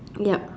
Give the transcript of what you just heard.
yup